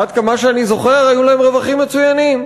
עד כמה שאני זוכר היו להן רווחים מצוינים,